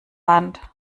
hand